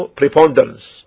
preponderance